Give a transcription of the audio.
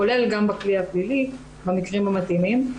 כולל גם בכלי הפלילי במקרים המתאימים.